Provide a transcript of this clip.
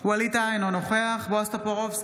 בהצבעה ווליד טאהא, אינו נוכח בועז טופורובסקי,